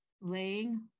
laying